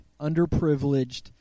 underprivileged